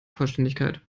vollständigkeit